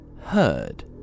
heard